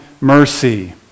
mercy